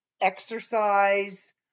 exercise